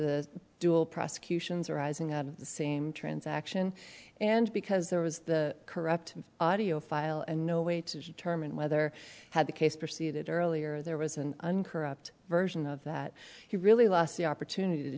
dual prosecutions arising out of the same transaction and because there was the corrupt audio file and no way to determine whether had the case proceeded earlier there was an uncorrupt version of that he really lost the opportunity to